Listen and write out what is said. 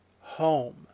home